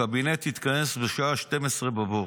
הקבינט התכנס בשעה 12:00 בבור,